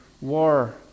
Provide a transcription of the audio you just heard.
war